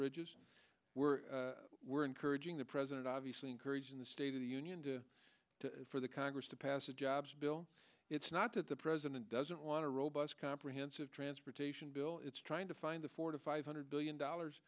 bridges we're we're encouraging the president obviously encouraging the state of the union to for the congress to pass a jobs bill it's not that the president doesn't want to robust comprehensive transportation bill it's trying to find the four to five hundred billion dollars